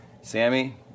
Sammy